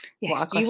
Yes